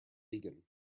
vegan